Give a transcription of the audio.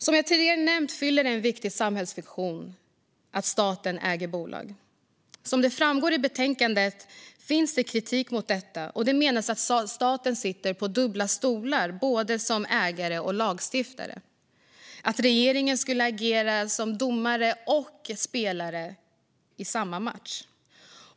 Som jag tidigare nämnt fyller det en viktig samhällsfunktion att staten äger bolag. Som framgår i betänkandet finns det kritik mot detta. Man menar att staten sitter på dubbla stolar som både ägare och lagstiftare - att regeringen skulle agera som domare och spelare i samma match.